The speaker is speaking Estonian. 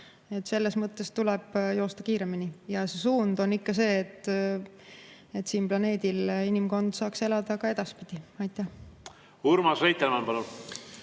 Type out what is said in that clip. Selles mõttes tuleb joosta kiiremini ja see suund on ikka see, et siin planeedil inimkond saaks elada ka edaspidi. Urmas Reitelmann, palun!